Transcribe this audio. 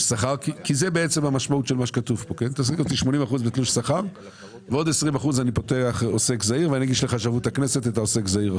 שכר ועוד 20% אני פותח עוסק זעיר ואני אגיש לחשבות הכנסת את העוסק זעיר,